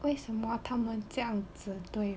为什么他们这样子对